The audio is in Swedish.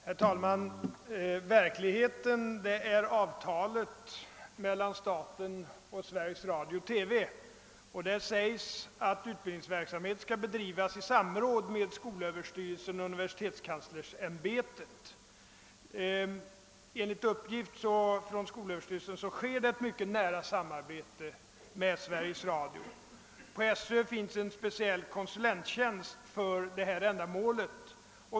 Herr talman! Verkligheten är i detta fall avtalet mellan staten och Sveriges Radio-TV, och i det avtalet sägs att utbildningsverksamheten skall bedrivas i samråd med skolöverstyrelsen och universitetskanslersämbetet. Enligt uppgifter från skolöverstyrelsen har man också ett nära samarbete med Sveriges Radio. Det finns en speciell konsulttjänst på SÖ för det ändamålet.